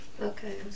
Okay